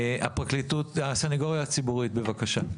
הסנגוריה הציבורית, בבקשה.